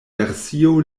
versio